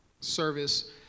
service